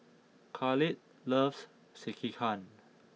Kahlil loves Sekihan